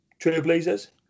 Trailblazers